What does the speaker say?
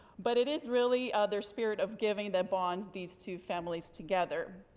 but it is really ah their spirit of giving that bonds these two families together.